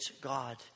God